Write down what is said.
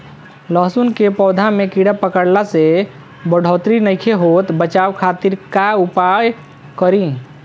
लहसुन के पौधा में कीड़ा पकड़ला से बढ़ोतरी नईखे होत बचाव खातिर का उपाय करी?